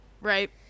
Right